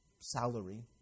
salary